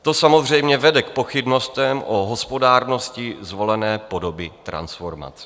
To samozřejmě vede k pochybnostem o hospodárnosti zvolené podoby transformace.